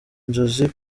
inzozi